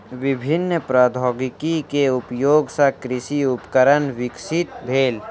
विभिन्न प्रौद्योगिकी के उपयोग सॅ कृषि उपकरण विकसित भेल